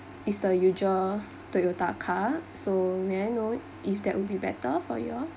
is the usual Toyota car so may I know if that would be better for you all